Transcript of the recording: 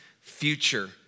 future